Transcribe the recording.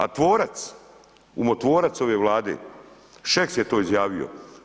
A tvorac, umotvorac ove Vlade Šeks je to izjavio.